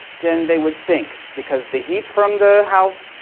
then they would sink, because the heat from the house,